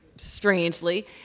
strangely